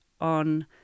on